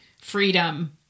freedom